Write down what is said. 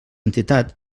entitat